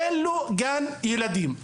שאין להם גני ילדים.